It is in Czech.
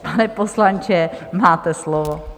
Pane poslanče, máte slovo.